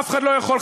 אף אחד אינו יכול,